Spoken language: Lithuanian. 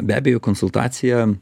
be abejo konsultacija